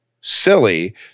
silly